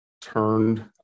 turned